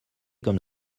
comme